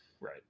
Right